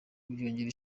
byongera